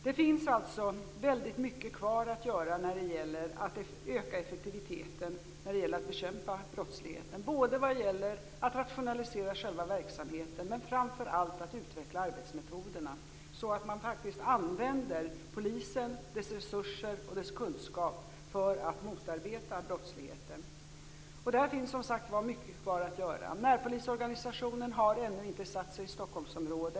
Det finns alltså mycket kvar att göra när det gäller att öka effektiviteten och bekämpa brottsligheten. Det handlar om att rationalisera själva verksamheten men framför allt om att utveckla arbetsmetoderna, så att man faktiskt använder polisen, dess resurser och dess kunskap till att motarbeta brottsligheten. Och det finns, som sagt, mycket kvar att göra. Närpolisorganisationen har ännu inte satt sig i Stockholmsområdet.